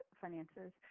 finances